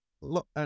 look